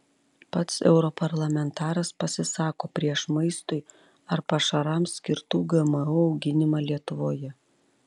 pats europarlamentaras pasisako prieš maistui ar pašarams skirtų gmo auginimą lietuvoje